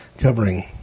covering